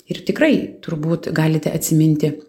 ir tikrai turbūt galite atsiminti